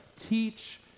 Teach